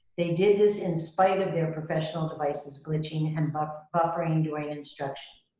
they did this in spite of their professional devices glitching and but buffering during instruction.